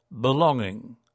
belonging